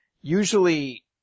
usually